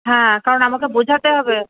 হ্যাঁ কারণ আমাকে বোঝাতে হবে